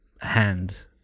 hand